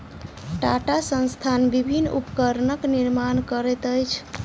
टाटा संस्थान विभिन्न उपकरणक निर्माण करैत अछि